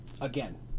Again